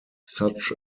such